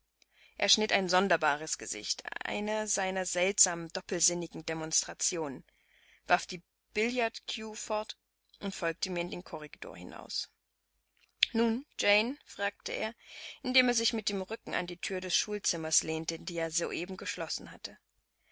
er schnitt ein sonderbares gesicht eine seiner seltsamen doppelsinnigen demonstrationen warf die billardqueue fort und folgte mir in den korridor hinaus nun jane fragte er indem er sich mit dem rücken an die thür des schulzimmers lehnte die er soeben geschlossen hatte